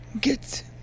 get